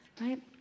right